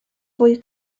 fwy